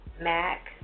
Mac